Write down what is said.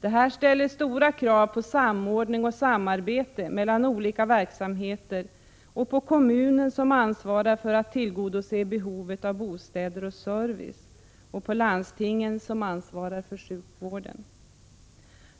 Detta ställer stora krav på samordning och samarbete mellan olika verksamheter och på kommunen som ansvarar för att tillgodose behovet av bostäder och service samt på landstingen som ansvarar för sjukvården.